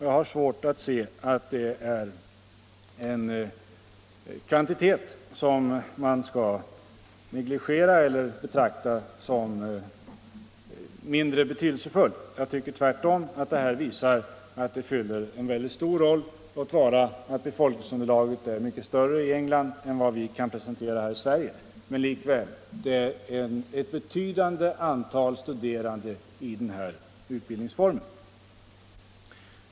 Jag har svårt att se att det är en kvantitet som man skall negligera eller betrakta som mindre betydelsefull. Jag tycker tvärtom det visar att den utbildningen spelar en mycket stor roll. Låt vara att befolkningsunderlaget är mycket större i England än vad vi kan prestera i Sverige. Det är likväl ett betydande antal studerande i den här utbildningsformen.